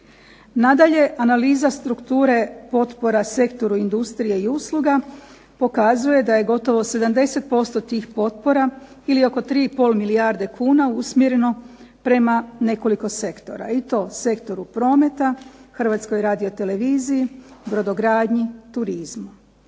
Nadalje, analiza strukture potpora sektoru industrije i usluga pokazuje da je gotovo 70% tih potpora ili oko 3 i pol milijarde kuna usmjereno prema nekoliko sektora, i to sektoru prometa, Hrvatskoj radioteleviziji, brodogradnji, turizmu.